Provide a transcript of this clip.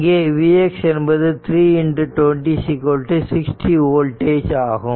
இங்கே vx என்பது 3 20 60 voltage ஆகும்